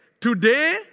today